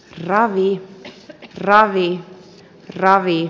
kirahvi ja ravi ravi